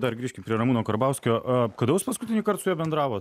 dar grįžkim prie ramūno karbauskio kada jūs paskutinįkart su juo bendravot